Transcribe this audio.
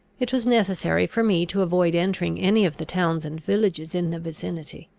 it was necessary for me to avoid entering any of the towns and villages in the vicinity.